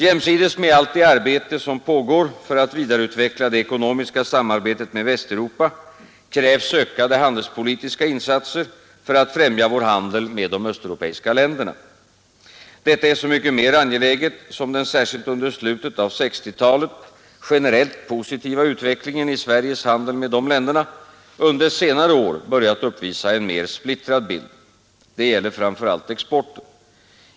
Jämsides med allt det arbete som pågår för att vidareutveckla det ekonomiska samarbetet med Västeuropa krävs ökade handelspolitiska insatser för att främja vår handel med de östeuropeiska länderna. Detta är så mycket mer angeläget som den särskilt under slutet av 1960-talet generellt positiva utvecklingen i Sveriges handel med dessa länder under senare år börjat uppvisa en mer splittrad bild. Det gäller framför allt exporten.